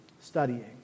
Studying